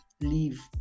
leave